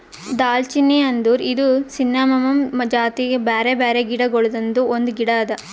ದಾಲ್ಚಿನ್ನಿ ಅಂದುರ್ ಇದು ಸಿನ್ನಮೋಮಮ್ ಜಾತಿದು ಬ್ಯಾರೆ ಬ್ಯಾರೆ ಗಿಡ ಗೊಳ್ದಾಂದು ಒಂದು ಗಿಡ ಅದಾ